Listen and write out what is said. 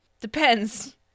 Depends